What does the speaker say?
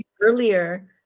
earlier